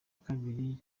kabiri